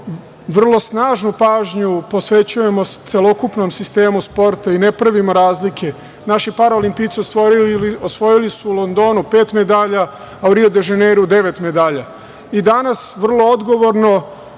vrlo snažnu pažnju posvećujemo celokupnom sistemu sporta i ne pravimo razliku, naši paraolimpijci osvojili su u Londonu pet medalja, a u Rio de Ženeiru devet medalja. Danas vrlo odgovorno